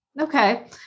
Okay